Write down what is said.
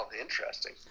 Interesting